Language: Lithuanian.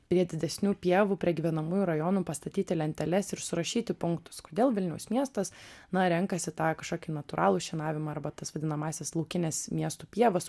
prie didesnių pievų prie gyvenamųjų rajonų pastatyti lenteles ir surašyti punktus kodėl vilniaus miestas na renkasi tą kažkokį natūralų šienavimą arba tas vadinamąsias laukines miestų pievas